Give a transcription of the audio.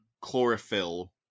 chlorophyll